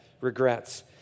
Regrets